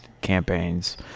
campaigns